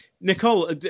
Nicole